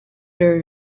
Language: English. der